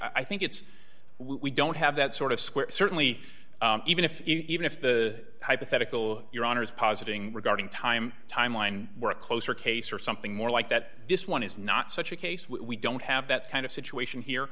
i think it's we don't have that sort of square certainly even if even if the hypothetical your honor is positing regarding time timeline we're closer case or something more like that this one is not such a case we don't have that kind of situation here